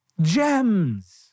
gems